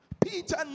Peter